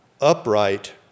upright